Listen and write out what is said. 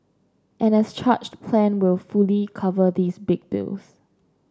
an as charged plan will fully cover these big bills